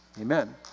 Amen